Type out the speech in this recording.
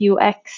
UX